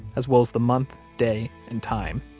as well as the month, day, and time